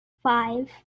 five